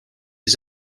his